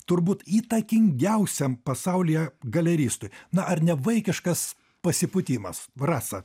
turbūt įtakingiausiam pasaulyje galeristui na ar ne vaikiškas pasipūtimas rasa